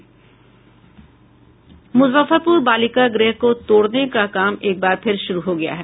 मुजफ्फरपुर बालिका गृह को तोड़ने का काम एकबार फिर शुरू हो गया है